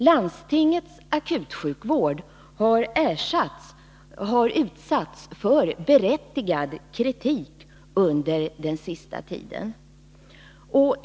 Landstingets akutsjukvård har utsatts för berättigad kritik under den senaste tiden.